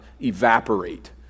evaporate